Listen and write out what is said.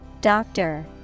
Doctor